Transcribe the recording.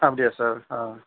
அப்படியா சார் ஆ